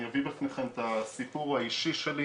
אני חייתי על ספסלים,